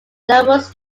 numerous